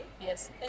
yes